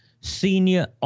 senior